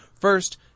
First